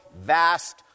vast